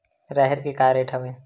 राहेर के का रेट हवय?